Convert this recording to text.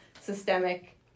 systemic